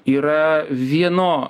yra vieno